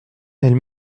elle